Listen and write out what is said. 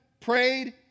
prayed